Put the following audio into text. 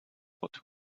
what